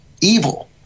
evil